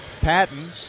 Patton